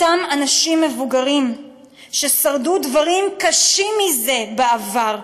אותם אנשים מבוגרים ששרדו דברים קשים מזה בעבר,